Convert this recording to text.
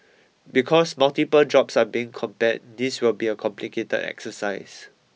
because multiple jobs are being compared this will be a complicated exercise